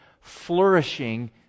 flourishing